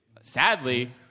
Sadly